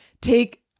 take